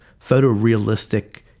photorealistic